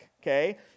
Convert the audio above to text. okay